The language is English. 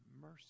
mercy